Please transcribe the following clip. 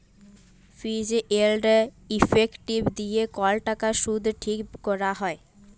ফিজ এল্ড ইফেক্টিভ দিঁয়ে কল টাকার সুদ ঠিক ক্যরা হ্যয়